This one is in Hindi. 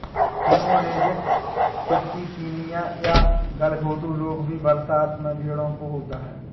हिमोरेजिक सिप्टीसीमिया या गलघोंटू रोग भी बरसात में भेंड़ों को होता है